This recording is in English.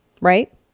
right